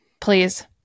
Please